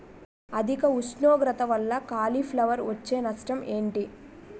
అధిక ఉష్ణోగ్రత వల్ల కాలీఫ్లవర్ వచ్చే నష్టం ఏంటి?